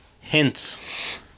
hints